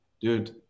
Dude